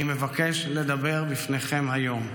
אני מבקש לדבר בפניכם היום.